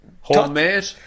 Homemade